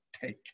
take